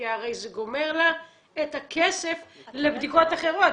כי הרי זה גומר לה את הכסף לבדיקות אחרות?